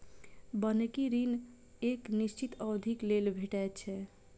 बन्हकी ऋण एक निश्चित अवधिक लेल भेटैत छै